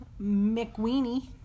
McWeenie